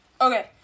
Okay